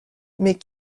mais